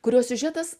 kurio siužetas